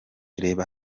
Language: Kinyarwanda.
reba